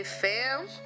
fam